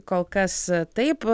kol kas taip